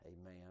Amen